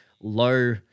low